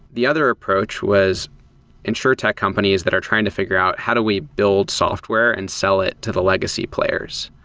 the other approach was insuretech companies that are trying to figure out how do we build software and sell it to the legacy players.